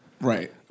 Right